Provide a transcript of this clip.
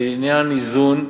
לעניין האיזון,